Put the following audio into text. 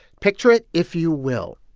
picture it, if you will.